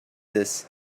this